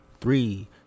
three